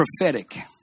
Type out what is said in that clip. prophetic